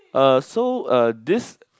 uh so uh this